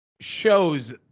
shows